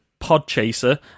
Podchaser